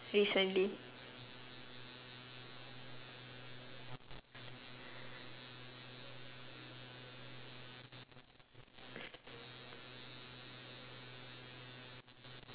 recently